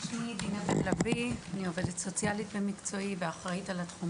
אני עובדת סוציאלית במקצועי ואחראית על תחום